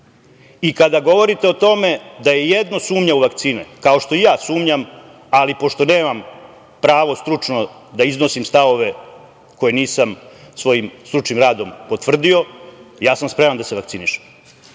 govorite o tome da je jedno sumnja u vakcine, kao što i ja sumnjam, ali pošto nemam pravo stručno da iznosim stavove koje nisam svojim stručnim radom potvrdio, ja sam spreman da se vakcinišem.